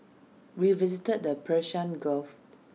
we visited the Persian gulf